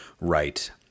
right